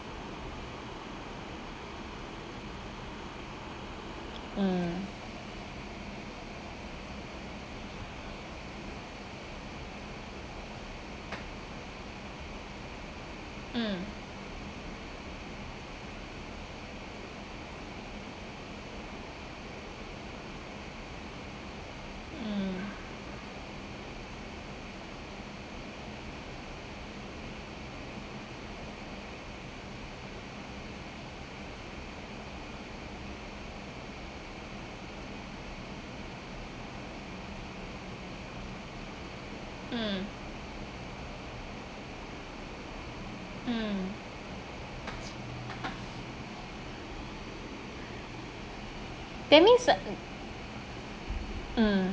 mm mm mm mm mm that means mm